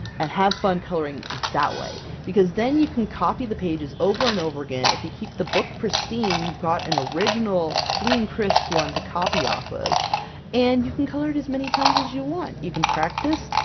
and have fun coloring that way, because then you can copy the pages over and over again! if you keep the book pristine, you've got an original clean, crisp one to copy off of and you can color it as many times as you want! you can practice,